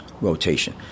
rotation